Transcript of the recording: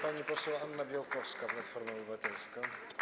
Pani poseł Anna Białkowska, Platforma Obywatelska.